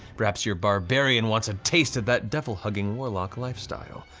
perhaps your barbarian wants a taste of that devil hugging warlock lifestyle,